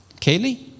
Kaylee